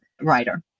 writer